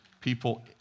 people